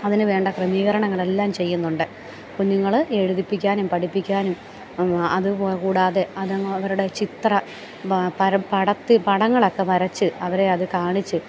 അതിന് വേണ്ട ക്രമീകരണങ്ങൾ എല്ലാം ചെയ്യുന്നുണ്ട് കുഞ്ഞുങ്ങൾ എഴുതിപ്പിക്കാനും പഠിപ്പിക്കാനും അതുകൂടാതെ അതുങ്ങൾ അവരുടെ ചിത്ര പടങ്ങളൊക്കെ വരച്ച് അവരെ അത് കാണിച്ച്